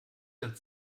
den